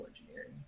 engineering